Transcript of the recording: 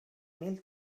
mil